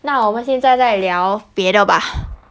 那我们现在再聊别的吧